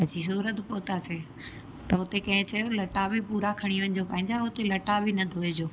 अची सूरत पहुतासीं त हुते कंहिं चयो लटा बि पूरा खणी वञिजो पंहिंजा हुते लटा बि न धुइजो